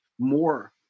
more